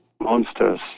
monsters